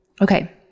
Okay